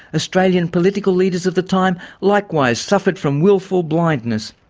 australian political leaders of the time likewise suffered from wilful blindness.